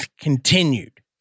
continued